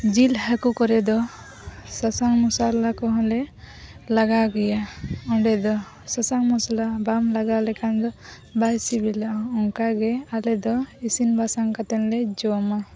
ᱡᱤᱞ ᱦᱟᱹᱠᱩ ᱠᱚᱨᱮᱫᱚ ᱥᱟᱥᱟᱝ ᱢᱚᱥᱟᱞᱟ ᱠᱚᱦᱚᱸᱞᱮ ᱞᱟᱜᱟᱣ ᱜᱮᱭᱟ ᱚᱸᱰᱮ ᱫᱚ ᱥᱟᱥᱟᱝ ᱢᱚᱥᱞᱟ ᱵᱟᱢ ᱞᱟᱜᱟᱣ ᱞᱮᱠᱷᱟᱱ ᱫᱚ ᱵᱟᱭ ᱥᱤᱵᱤᱞᱟ ᱚᱱᱠᱟᱜᱮ ᱟᱞᱮ ᱫᱚ ᱤᱥᱤᱱ ᱵᱟᱥᱟᱝ ᱠᱟᱛᱮᱱᱞᱮ ᱡᱚᱢᱟ